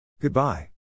Goodbye